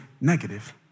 negative